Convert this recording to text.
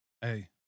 Hey